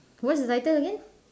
what is the title again